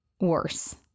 worse